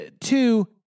Two